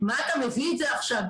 מה אתה מביא את זה עכשיו.